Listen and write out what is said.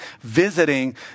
visiting